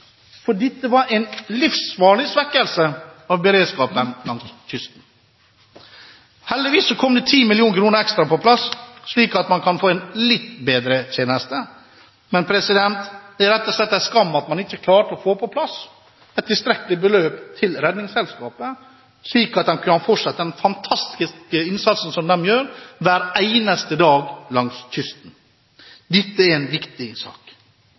ekstra på plass, slik at man kan få en litt bedre tjeneste. Det er rett og slett en skam at man ikke klarte å få på plass et tilstrekkelig beløp til Redningsselskapet, slik at de kan fortsette den fantastiske innsatsen de gjør hver eneste dag langs kysten. Dette er en viktig sak.